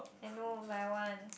and no like I want